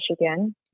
michigan